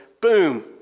boom